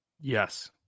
Yes